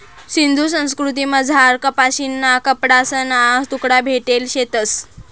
सिंधू संस्कृतीमझार कपाशीना कपडासना तुकडा भेटेल शेतंस